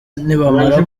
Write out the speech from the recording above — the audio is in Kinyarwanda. nibamara